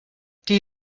die